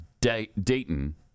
Dayton